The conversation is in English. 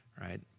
right